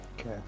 okay